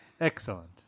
Excellent